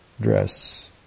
dress